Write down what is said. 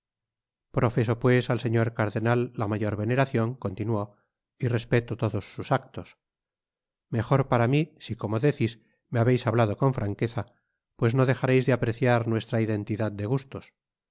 profeso pues al señor cardenal la mayor veneracion continuó y respeto todos sus actos mejor para mi si como decis me habeis hablado con franqueza pues no dejareis de apreciar nuestra identidad de gustos